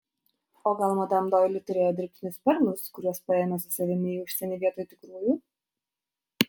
o gal madam doili turėjo dirbtinius perlus kuriuos paėmė su savimi į užsienį vietoj tikrųjų